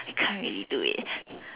I can't really do it